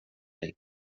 dig